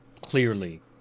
clearly